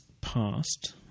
passed